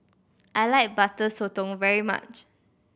I like Butter Sotong very much